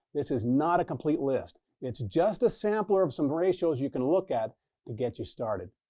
this is not a complete list. it's just a sampler of some ratios you can look at to get you started.